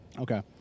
Okay